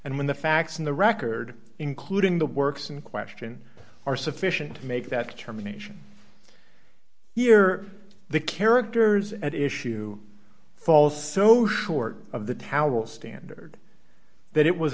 and when the facts in the record including the works in question are sufficient to make that determination here the characters at issue fall so short of the towel standard that it was